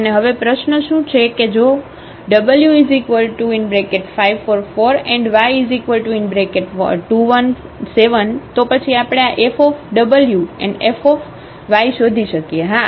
અને હવે પ્રશ્ન શું છે કે જો w544y217 તો પછી આપણે આFwFશોધી શકીએ હા